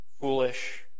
Foolish